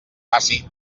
passi